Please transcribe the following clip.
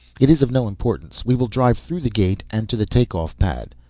it is of no importance. we will drive through the gate and to the take-off pad.